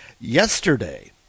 yesterday